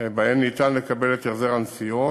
שבהן ניתן לקבל את החזר הנסיעות,